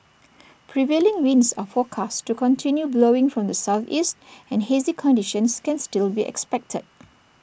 prevailing winds are forecast to continue blowing from the Southeast and hazy conditions can still be expected